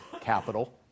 capital